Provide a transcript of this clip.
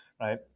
right